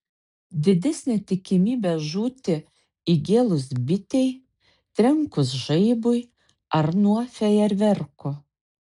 didesnė tikimybė žūti įgėlus bitei trenkus žaibui ar nuo fejerverkų